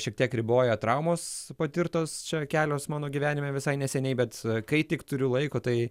šiek tiek riboja traumos patirtos čia kelios mano gyvenime visai neseniai bet kai tik turiu laiko tai